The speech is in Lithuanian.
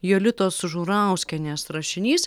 jolitos žurauskienės rašinys